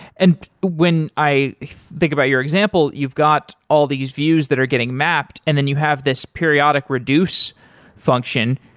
and when i think about your example, you've got all these views that are getting mapped and then you have this periodic reduce function.